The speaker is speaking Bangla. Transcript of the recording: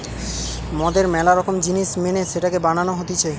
মদের ম্যালা রকম জিনিস মেনে সেটাকে বানানো হতিছে